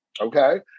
okay